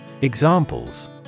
Examples